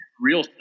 Real